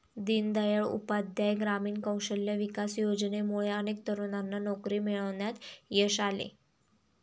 दीनदयाळ उपाध्याय ग्रामीण कौशल्य विकास योजनेमुळे अनेक तरुणांना नोकरी मिळवण्यात यश आले